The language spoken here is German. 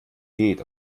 geht